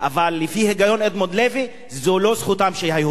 אבל לפי הגיון אדמונד לוי זו לא זכותם של היהודים,